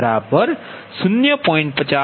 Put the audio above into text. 50 તેથીZbZ110